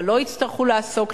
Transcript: אבל לא יצטרכו לעסוק,